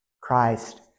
Christ